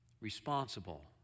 responsible